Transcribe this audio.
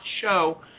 show